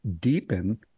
deepen